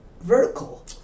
vertical